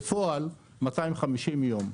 בפועל זה 250 יום,